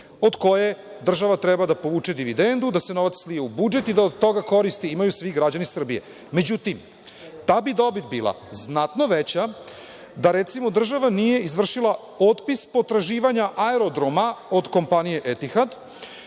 od koje država treba da povuče dividendu, da se novac slije u budžet i da od toga koristi imaju svi građani Srbije. Međutim, ta bi dobit bila znatno veća da, recimo, država nije izvršila otpis potraživanja aerodroma od kompanije „Etihad“,